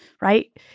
right